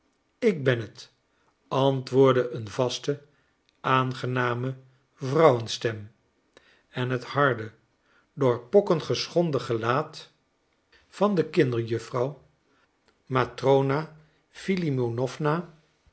ik ben het antwoordde een vaste aangename vrouwenstem en het harde door pokken geschonden gelaat van de kinderjuffrouw matrona filimonowna